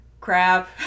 Crap